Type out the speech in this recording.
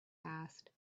asked